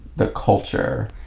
the culture?